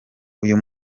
uyu